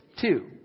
two